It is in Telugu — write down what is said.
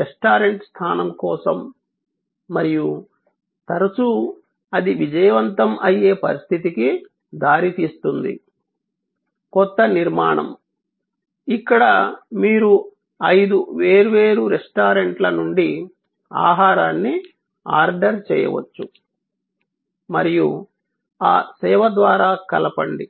రెస్టారెంట్ స్థానం కోసం మరియు తరచూ అది విజయవంతం అయ్యే పరిస్థితికి దారితీస్తుంది కొత్త నిర్మాణం ఇక్కడ మీరు ఐదు వేర్వేరు రెస్టారెంట్ల నుండి ఆహారాన్ని ఆర్డర్ చేయవచ్చు మరియు ఆ సేవ ద్వారా కలపండి